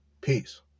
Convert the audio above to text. Peace